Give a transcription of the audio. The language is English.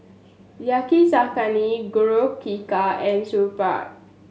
Yakizakana Korokke and Sauerkraut